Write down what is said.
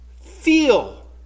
feel